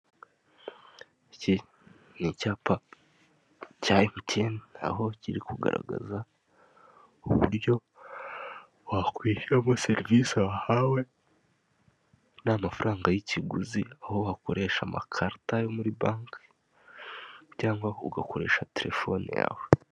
Iki ni icyapa cya MTN aho kiri kugaragaza uburyo wakwishyuramo serivisi wahawe nta mafaranga y'ikiguzi, aho wakoresha amakarita yo muri banki cyangwa ugakoresha telefone yawe.